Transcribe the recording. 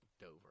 Dover